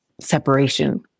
separation